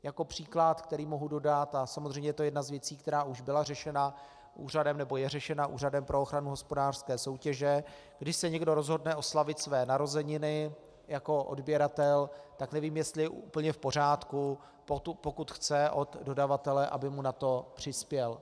Jako příklad, který mohu dodat, a samozřejmě je to jedna z věcí, která už byla řešena nebo je řešena Úřadem pro ochranu hospodářské soutěže, když se někdo rozhodne oslavit své narozeniny jako odběratel, tak nevím, jestli je úplně v pořádku, pokud chce od dodavatele, aby mu na to přispěl.